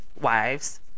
wives